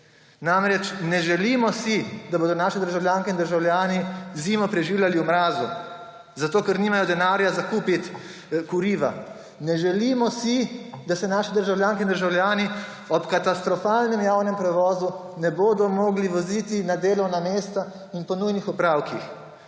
Ne želimo si, da bodo naše državljanke in državljani zimo preživljali v mrazu, zato ker nimajo denarja za kupiti kurivo. Ne želimo si, da se naši državljani in državljani ob katastrofalnem javnem prevozu ne bodo mogli voziti na delovna mesta in po nujnih opravkih.